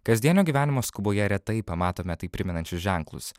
kasdienio gyvenimo skuboje retai pamatome tai primenančius ženklus